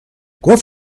گفت